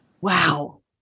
Wow